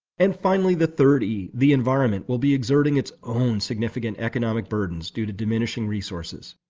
and finally, the third e, the environment, will be exerting its own significant economic burdens due to diminishing resources.